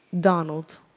Donald